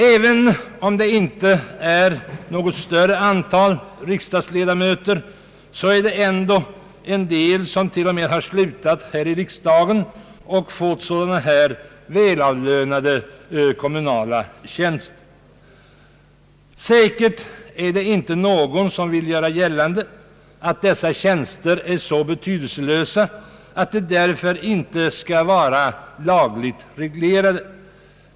även om det inte gäller något större antal har ändå en del riksdagsledamöter, t.o.m. slutat här i riksdagen, och fått sådana här välavlönade kommunala tjänster. Säkert vill ingen göra gällande, att dessa tjänster är så betydelselösa att de därför inte skall vara lagligt reglerade.